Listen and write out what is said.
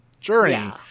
journey